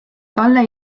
talle